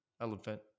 Elephant